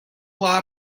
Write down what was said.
law